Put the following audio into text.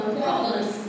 problems